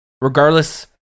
regardless